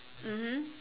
mmhmm